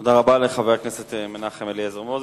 תודה רבה לחבר הכנסת מנחם אליעזר מוזס.